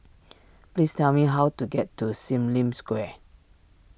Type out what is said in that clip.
please tell me how to get to Sim Lim Square